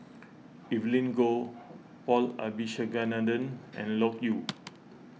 Evelyn Goh Paul Abisheganaden and Loke Yew